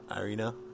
Irina